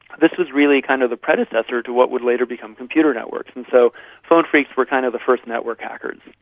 this was really kind of the predecessor to what would later become computer networks. and so phone phreaks were kind of the first network hackers.